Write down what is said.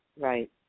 right